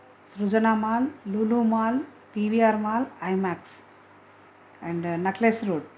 Srujana mall Lulu mall PVR mall IMAX and Necklace road